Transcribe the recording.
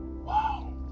wow